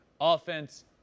Offense